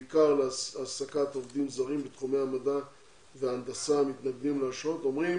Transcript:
בעיקר להעסקת עובדים זרים בתחמי המדע וההנדסה המתנגדים לאשרות אומרים